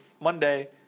Monday